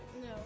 No